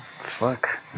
Fuck